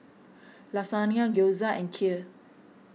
Lasagne Gyoza and Kheer